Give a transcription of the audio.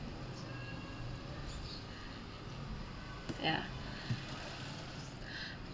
ya